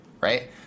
right